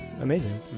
amazing